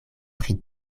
pri